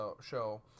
show